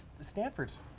Stanford's